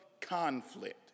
conflict